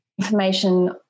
information